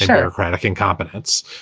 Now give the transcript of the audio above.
bureaucratic incompetence,